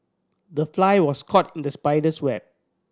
the fly was caught in the spider's web